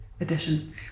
edition